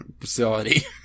facility